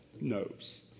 knows